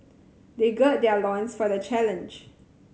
they gird their loins for the challenge